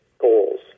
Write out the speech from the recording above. goals